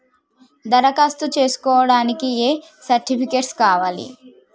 దరఖాస్తు చేస్కోవడానికి ఏ సర్టిఫికేట్స్ కావాలి?